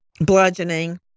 Bludgeoning